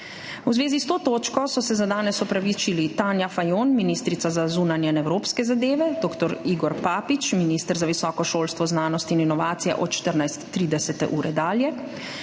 V zvezi s to točko so se za danes opravičili: Tanja Fajon ministrica za zunanje in evropske zadeve; dr. Igor Papič, minister za visoko šolstvo, znanost in inovacije od 14.30 dalje;